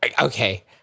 Okay